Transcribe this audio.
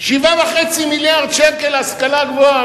7.5 מיליארד שקל להשכלה הגבוהה,